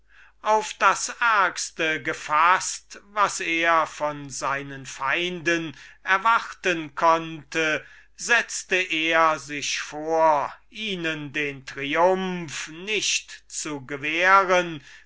auf das ärgste gefaßt was er von seinen feinden erwarten konnte setzte er sich vor ihnen den triumph nicht zu gewähren